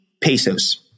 pesos